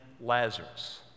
Lazarus